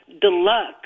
deluxe